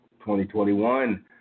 2021